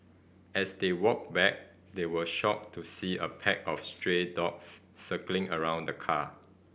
as they walked back they were shocked to see a pack of stray dogs circling around the car